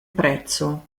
prezzo